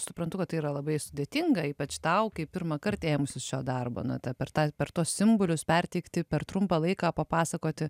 suprantu kad tai yra labai sudėtinga ypač tau kai pirmąkart ėmusis šio darbo na ta per tą per tuos simbolius perteikti per trumpą laiką papasakoti